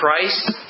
Christ